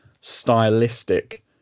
stylistic